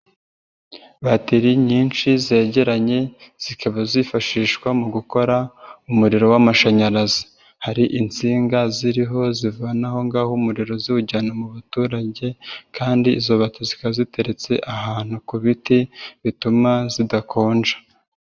Bateri nyinshi zegeranye zikaba zifashishwa mu gukora umuriro w'amashanyarazi. Hari insinga ziriho zivanaho ngaho umuriro ziwujyana mu baturage, kandi izo batiri zikaba ziteretse ahantu ku biti bituma zidakonja.